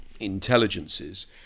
intelligences